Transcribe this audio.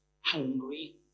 hungry